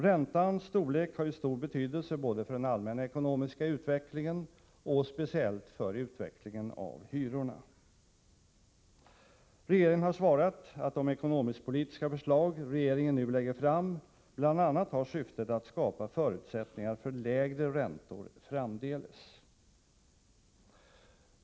Räntans storlek har ju väsentlig betydelse både för den allmänna ekonomiska utvecklingen och speciellt för utvecklingen av hyrorna. Regeringen har svarat att de ekonomisk-politiska förslag regeringen nu lägger fram bl.a. har syftet att skapa förutsättningar för lägre räntor framdeles.